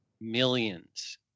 millions